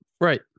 Right